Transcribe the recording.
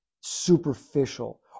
superficial